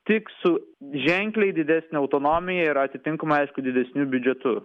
tik su ženkliai didesne autonomija ir atitinkamai aišku didesniu biudžetu